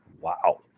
wow